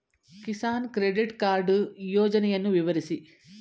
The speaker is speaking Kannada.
ಕಿಸಾನ್ ಕ್ರೆಡಿಟ್ ಕಾರ್ಡ್ ಯೋಜನೆಯನ್ನು ವಿವರಿಸಿ?